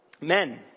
Men